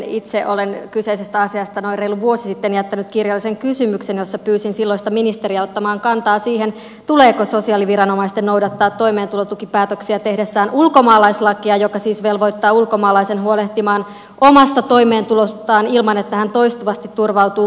itse olen kyseisestä asiasta noin reilu vuosi sitten jättänyt kirjallisen kysymyksen jossa pyysin silloista ministeriä ottamaan kantaa siihen tuleeko sosiaaliviranomaisten noudattaa toimeentulotukipäätöksiä tehdessään ulkomaalaislakia joka siis velvoittaa ulkomaalaisen huolehtimaan omasta toimeentulostaan ilman että hän toistuvasti turvautuu viimesijaiseen toimeentulotukeen